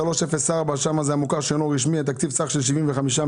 אין ספק.